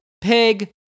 pig